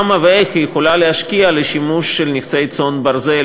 כמה ואיך היא יכולה להשקיע בנכסי צאן ברזל